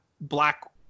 Black